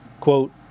quote